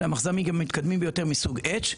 שהם המחזמ"ים המתקדמים ביותר מסוג H,